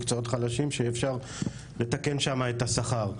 מקצועות חלשים שאפשר לתקן שם את השכר.